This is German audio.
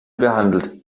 behandelt